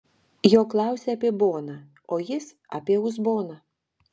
jo klausia apie boną o jis apie uzboną